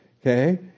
Okay